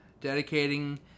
dedicating